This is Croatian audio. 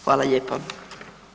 Hvala lijepo.